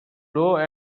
lower